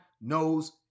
knows